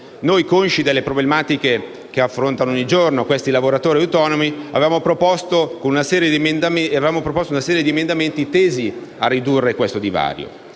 Noi, consci delle problematiche che affrontano ogni giorno i lavoratori autonomi, avevamo proposto una serie di emendamenti tesi a ridurre tale divario.